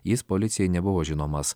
jis policijai nebuvo žinomas